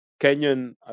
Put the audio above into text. Kenyan